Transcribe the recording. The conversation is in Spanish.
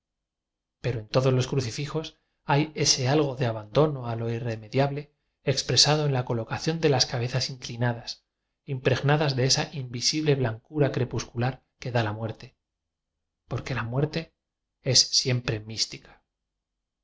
en todos los crucifijos hay ese algo de aban dono a lo irremediable expresado en la co locación de las cabezas inclinadas impreg nadas de esa invisible blancura crepuscular que dá la muerte porque la muerte es siem pre mística